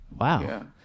wow